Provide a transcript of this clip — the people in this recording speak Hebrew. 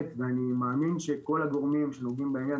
אני מאמין שכול הגורמים שנוגעים בעניין,